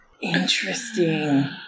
Interesting